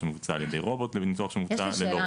שמבוצע על ידי רובוט לבין ניתוח שמבוצע ללא רובוט.